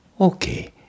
Okay